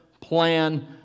plan